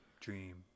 Dream